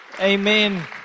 Amen